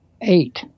eight